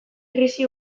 krisi